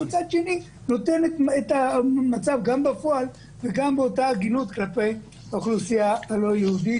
וגם נותן את המצב בפועל ובאותה הגינות כלפי האוכלוסייה הלא יהודית,